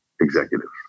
executives